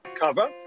cover